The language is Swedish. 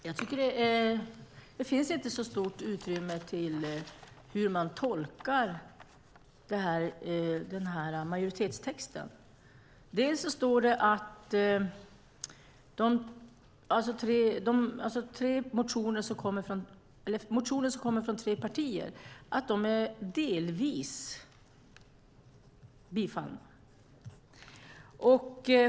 Fru talman! Jag tycker inte att det finns så stort utrymme att tolka majoritetstexten. Det står att motioner som kommer från tre partier delvis är tillstyrkta.